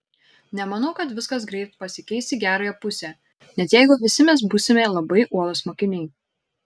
nemanau kad viskas greit pasikeis į gerąją pusę net jeigu visi mes būsime labai uolūs mokiniai